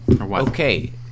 Okay